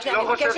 אני חושב